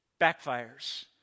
backfires